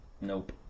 Nope